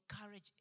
encourage